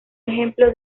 ejemplo